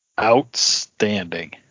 Outstanding